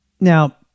now